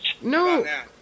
No